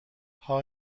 how